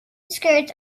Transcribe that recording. skirts